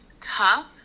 tough